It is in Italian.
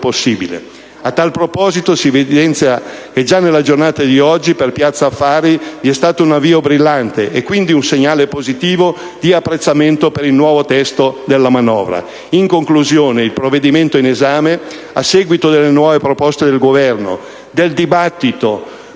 possibile. A tal proposito, si evidenzia che già nella giornata di oggi per Piazza Affari vi è stato un avvio brillante e quindi un segnale positivo di apprezzamento per il nuovo testo della manovra. In conclusione, il provvedimento in esame, a seguito delle nuove proposte del Governo e del dibattito